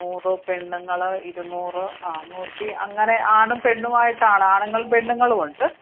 നൂറ് പെണ്ണുങ്ങൾ ഇരുന്നൂറ് ആ നൂറ്റി അങ്ങനെ ആണും പെണ്ണും ആയിട്ടാണ് ആണുങ്ങളും പെണ്ണുങ്ങളും ഉണ്ട്